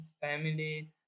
family